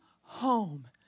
home